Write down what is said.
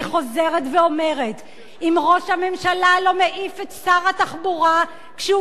אני חוזרת ואומרת: אם ראש הממשלה לא מעיף את שר התחבורה כשהוא